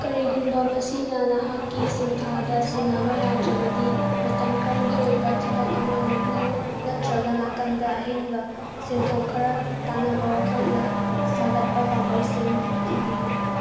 ꯀꯔꯤꯒꯨꯝꯕ ꯃꯁꯤꯅ ꯅꯍꯥꯛꯀꯤ ꯁꯤꯟꯊꯥꯗ ꯁꯤꯟꯅꯕ ꯌꯥꯗ꯭ꯔꯕꯗꯤ ꯃꯇꯝ ꯈꯔꯒꯤ ꯑꯣꯏꯕ ꯊꯕꯛ ꯑꯃ ꯂꯧꯕꯤꯌꯨ ꯅꯠꯇ꯭ꯔꯒ ꯅꯥꯀꯟꯗ ꯑꯍꯦꯟꯕ ꯁꯦꯟꯊꯣꯛ ꯈꯔ ꯇꯥꯟꯅꯕ ꯋꯥꯈꯜꯅ ꯁꯥꯒꯠꯄ ꯄꯥꯝꯕꯩꯁꯤꯡ ꯊꯤꯕꯤꯌꯨ